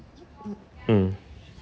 mm